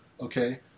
Okay